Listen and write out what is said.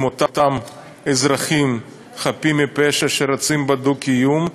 אותם אזרחים חפים מפשע שרוצים בדו-קיום,